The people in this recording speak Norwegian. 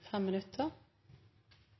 fem